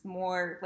more